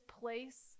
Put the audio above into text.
place